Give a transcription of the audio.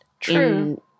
True